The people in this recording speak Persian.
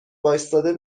واستاده